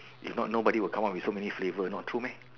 if not nobody will come up with so many flavor not true meh